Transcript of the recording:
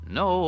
no